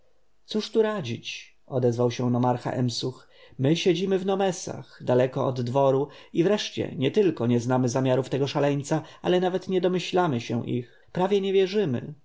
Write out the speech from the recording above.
cóż tu radzić odezwał się nomarcha emsuch my siedzimy w nomesach daleko od dworu i wreszcie nietylko nie znamy zamiarów tego szaleńca ale nawet nie domyślaliśmy się ich prawie nie wierzymy